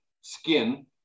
skin